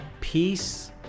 peace